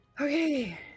Okay